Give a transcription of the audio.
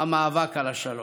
המאבק על השלום.